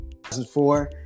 2004